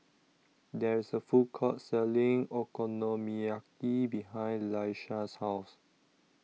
There IS A Food Court Selling Okonomiyaki behind Laisha's House